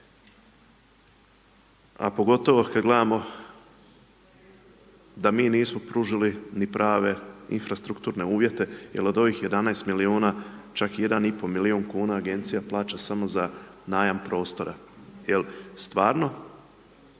a pogotovo kada gledamo da mi nismo pružili ni prave infrastrukturne uvjete jer ovih 11 milijuna, čak 1,5 milijun kuna, agencija plaća samo za najam prostora. Jer stvarno,